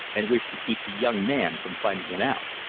and wished to keep the young man from finding it out.